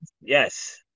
Yes